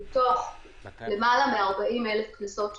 מתוך למעלה מ-40,000 קנסות שניתנו.